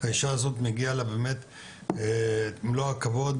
האישה הזו מגיע לה באמת את מלוא הכבוד,